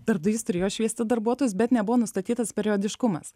darbdavys turėjo šviesti darbuotojus bet nebuvo nustatytas periodiškumas